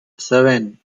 seven